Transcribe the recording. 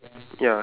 what